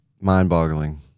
mind-boggling